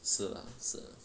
是 lah 是